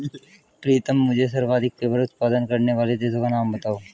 प्रीतम मुझे सर्वाधिक पेपर उत्पादन करने वाले देशों का नाम बताओ?